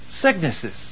sicknesses